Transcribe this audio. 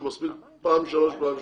או מספיק פעם שלוש, ופעם לשנתיים.